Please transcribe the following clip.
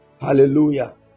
Hallelujah